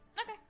Okay